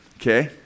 okay